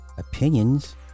opinions